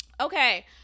Okay